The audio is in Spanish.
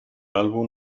álbum